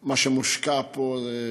מה שמושקע פה.